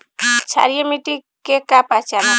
क्षारीय मिट्टी के का पहचान होखेला?